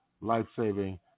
life-saving